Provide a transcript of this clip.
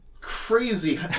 crazy